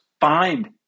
find